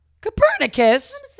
Copernicus